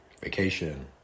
Vacation